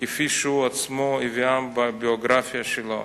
כפי שהוא עצמו הביאם בביוגרפיה שלו,